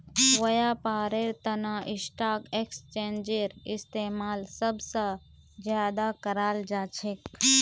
व्यापारेर तना स्टाक एक्स्चेंजेर इस्तेमाल सब स ज्यादा कराल जा छेक